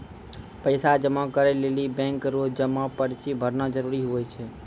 पैसा जमा करै लेली बैंक रो जमा पर्ची भरना जरूरी हुवै छै